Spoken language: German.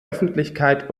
öffentlichkeit